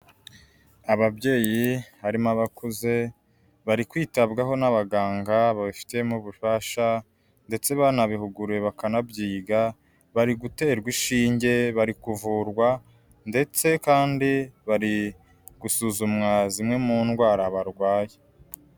Ababyeyi harimo abakuze bari kwitabwaho n'abaganga babifitemo ububasha ndetse banabihuguwe bakanabyiga, bari guterwa ishinge bari kuvurwa ndetse kandi bari gusuzumwa zimwe mu ndwara barwaye.